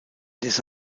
des